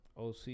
OC